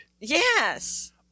Yes